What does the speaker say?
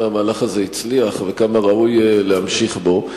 המהלך הזה הצליח וכמה ראוי להמשיך בו.